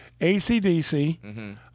ACDC